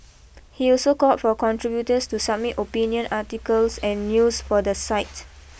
he also called for contributors to submit opinion articles and news for the site